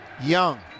young